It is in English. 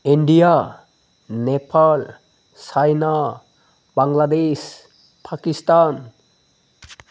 India Nepal China Bangladesh Pakistan